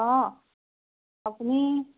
অঁ আপুনি